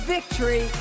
Victory